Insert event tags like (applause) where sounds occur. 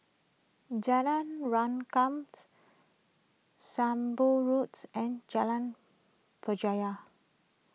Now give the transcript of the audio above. Jalan Rengkam (noise) Sembong Road (noise) and Jalan Berjaya